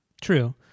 True